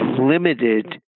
limited